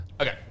Okay